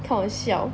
开搞笑